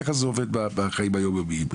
ככה זה עובד בחיים היום-יומיים.